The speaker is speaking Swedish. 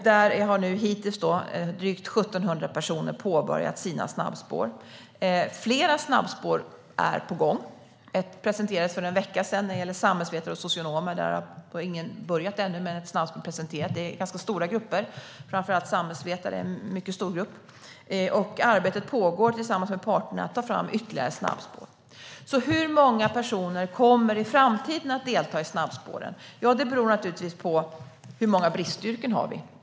Drygt 1 700 personer har hittills påbörjat sina snabbspår, och fler snabbspår är på gång. Ett presenterades för en vecka sedan och gäller samhällsvetare och socionomer. Där har ingen börjat ännu, men snabbspåret är presenterat. Det är ganska stora grupper; framför allt är samhällsvetare en mycket stor grupp. Arbetet med att ta fram ytterligare snabbspår pågår tillsammans med parterna. Hur många personer kommer i framtiden att delta i snabbspåren? Det beror naturligtvis på hur många bristyrken vi har.